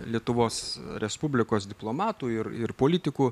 lietuvos respublikos diplomatų ir ir politikų